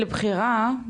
של בחירה,